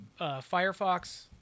Firefox